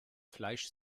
fleisch